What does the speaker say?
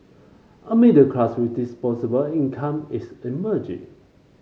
a middle class with disposable income is emerging